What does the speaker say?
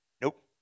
Nope